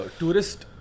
tourist